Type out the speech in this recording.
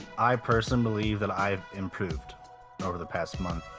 i personally believe that i've improved over the past month,